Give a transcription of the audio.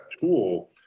tool